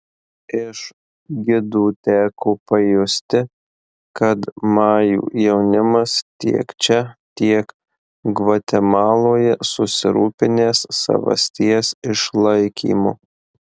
iš gidų teko pajusti kad majų jaunimas tiek čia tiek gvatemaloje susirūpinęs savasties išlaikymu